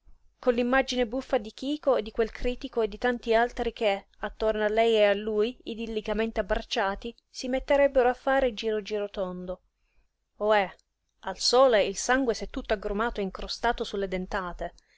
con l'immagine buffa di chico e di quel critico e di tanti altri che attorno a lei e a lui idillicamente abbracciati si metterebbero a fare giro giro tondo ohé al sole il sangue s'è tutto aggrumato e incrostato su le dentate